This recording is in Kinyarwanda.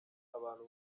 abantu